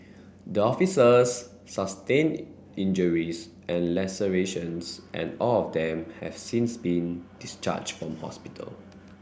the officers sustained injuries and lacerations and all of them have since been discharged from hospital